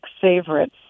favorites